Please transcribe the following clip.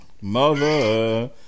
Mother